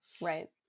right